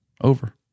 Over